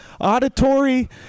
auditory